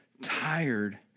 tired